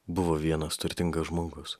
buvo vienas turtingas žmogus